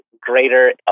greater